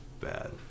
bad